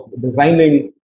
designing